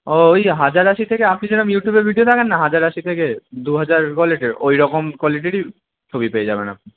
ওই হাজার আশি থেকে আপনি যেরম ইউটিউবের ভিডিও দেখেন না হাজার আশি থেকে দু হাজার কোয়ালিটির ওই রকম কোয়ালিটিরই ছবি পেয়ে যাবেন আপনি